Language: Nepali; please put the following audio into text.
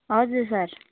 हजुर सर